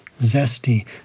zesty